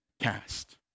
cast